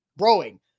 growing